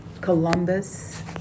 columbus